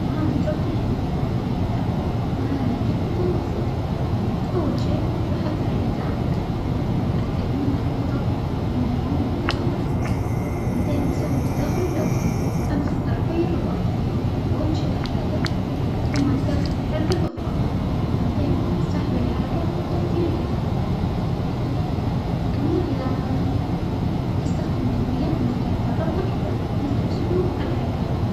مهارة ربط الح-الحذاء، مهارة جدا بسيطة، أول شئ بحظر الحذاء وأتأكد من الأربطة أنها مو متداخلة وبعدين أسوى التداخل الأول، أمسك طرفى الرباط وأنشىء حلجة ثم داخل الحلجة الأخرى وبعدين سحب الحلجة وتعديل الحذاء، كمان إذا أستخدم تجنيات مختلفة لربط الحذاء مثل أسلوب الحلجة.